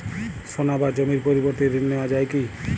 সোনা বা জমির পরিবর্তে ঋণ নেওয়া যায় কী?